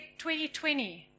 2020